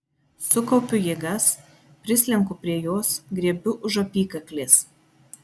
sukaupiu jėgas prislenku prie jos griebiu už apykaklės